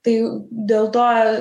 tai dėl to